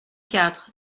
quatre